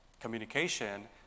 communication